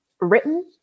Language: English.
written